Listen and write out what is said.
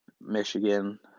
Michigan